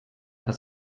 dass